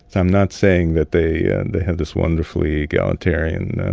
i'm not saying that they and they have this wonderfully egalitarian